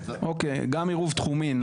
אוקיי, גם עירוב תחומין.